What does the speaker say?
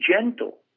gentle